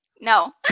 no